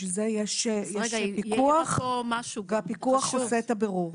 בשביל זה יש פיקוח, והפיקוח עושה את הבירור.